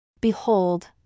Behold